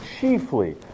chiefly